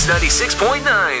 96.9